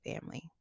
family